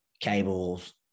cables